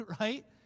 Right